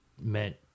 meant